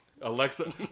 Alexa